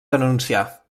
denunciar